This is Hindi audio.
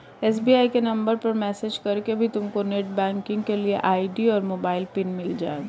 एस.बी.आई के नंबर पर मैसेज करके भी तुमको नेटबैंकिंग के लिए आई.डी और मोबाइल पिन मिल जाएगा